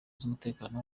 z’umutekano